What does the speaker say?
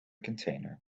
container